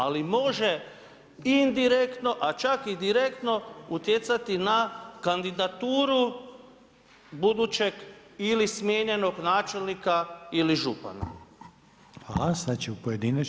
Ali može indirektno, a čak i direktno utjecati na kandidaturu budućeg ili smijenjenog načelnika ili župana.